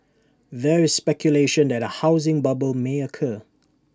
there is speculation that A housing bubble may occur